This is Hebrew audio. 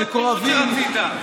כמה עולה, שרצית?